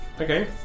Okay